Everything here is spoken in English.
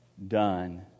done